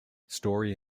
story